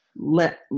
let